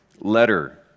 letter